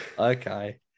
Okay